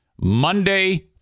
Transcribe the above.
Monday